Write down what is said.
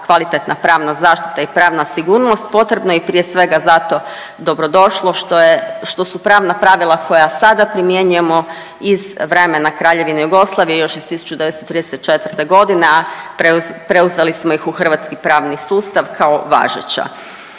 kvalitetna pravna zaštita i pravna sigurnost potrebno je i prije svega zato dobro došlo što su pravna pravila koja sada primjenjujemo iz vremena Kraljevine Jugoslavije još iz 1934. godine, a preuzeli smo ih u hrvatski pravni sustav kao važeća.